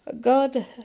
God